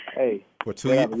hey